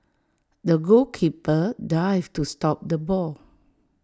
the goalkeeper dived to stop the ball